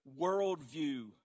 worldview